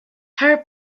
her